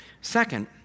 Second